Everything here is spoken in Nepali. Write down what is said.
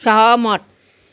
सहमत